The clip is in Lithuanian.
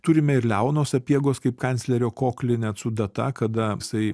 turime ir leono sapiegos kaip kanclerio koklinę su data kada jisai